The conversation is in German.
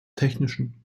technischen